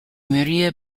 maria